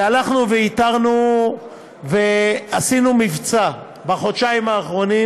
והלכנו ואיתרנו ועשינו מבצע בחודשיים האחרונים,